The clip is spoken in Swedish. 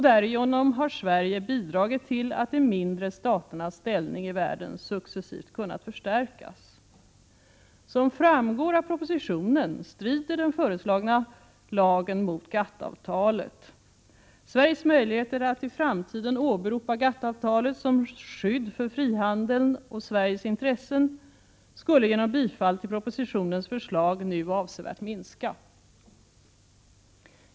Därigenom har Sverige bidragit till att de mindre staternas ställning i världen successivt kunnat förstärkas. Som framgår av propositionen strider den föreslagna lagen mot GATT avtalet. Sveriges möjligheter att i framtiden åberopa GATT-avtalet som skydd för frihandeln och Sveriges intressen skulle genom bifall till propositionens förslag nu avsevärt minska.